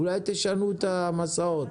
אולי תשנו את המסעות.